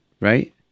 right